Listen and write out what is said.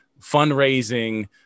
fundraising